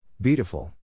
Beautiful